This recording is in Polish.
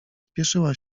spieszyła